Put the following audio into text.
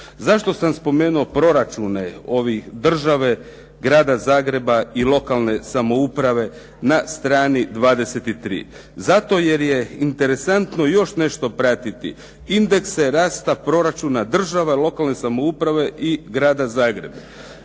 Zašto sam spomenuo proračune ovih države, Grada Zagreba i lokalne samouprave na strani 23? Zato jer je interesantno još nešto pratiti. Indekse rasta proračuna država, lokalne samouprave i Grada Zagreba.